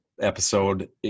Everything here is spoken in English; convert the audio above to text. episode